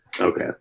Okay